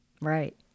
Right